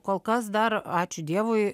kol kas dar ačiū dievui